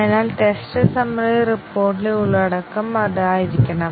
അതിനാൽ test summary റിപ്പോർട്ടിലെ ഉള്ളടക്കം അതായിരിക്കണം